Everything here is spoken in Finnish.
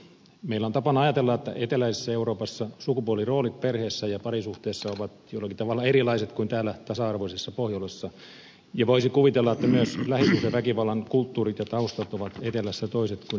meillä on tapana ajatella että eteläisessä euroopassa sukupuoliroolit perheessä ja parisuhteessa ovat jollakin tavalla erilaiset kuin täällä tasa arvoisessa pohjolassa ja voisi kuvitella että myös lähisuhdeväkivallan kulttuurit ja taustat ovat etelässä toiset kuin esimerkiksi suomessa